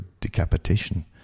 decapitation